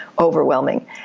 overwhelming